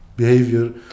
Behavior